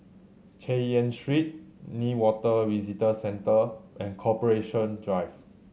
Chay Yan Street Newater Visitor Centre and Corporation Drive